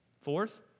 Fourth